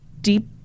Deep